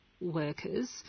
workers